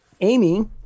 Amy